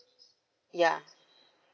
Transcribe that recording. ya